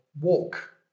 walk